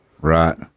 right